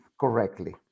correctly